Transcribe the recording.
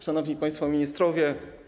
Szanowni Państwo Ministrowie!